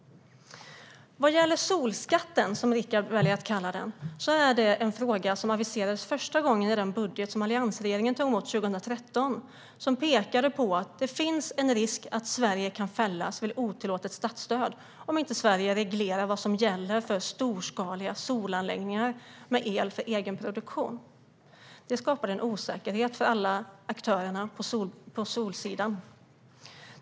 Vad gäller solskatten, som Rickard väljer att kalla den, är det en fråga som aviserades första gången redan i alliansregeringens budget 2013, som pekade på att det finns en risk för att Sverige kan fällas för otillåtet statsstöd om inte Sverige reglerar vad som gäller för storskaliga solanläggningar med el för egenproduktion. Det skapade en osäkerhet för alla aktörer på solsidan.